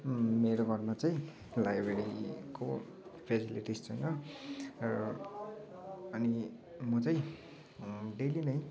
मेरो घरमा चाहिँ लाइब्रेरीको फेसेलिटिस छैन र अनि म चाहिँ डेली नै